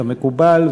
כמקובל,